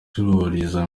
abacururiza